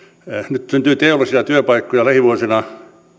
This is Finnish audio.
nyt syntyy teollisia työpaikkoja lähivuosina